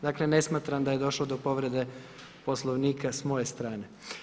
Dakle ne smatram da je došlo do povrede Poslovnika s moje strane.